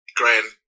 grand